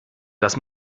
das